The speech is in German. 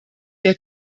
der